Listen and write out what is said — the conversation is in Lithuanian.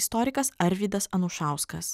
istorikas arvydas anušauskas